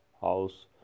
house